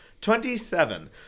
twenty-seven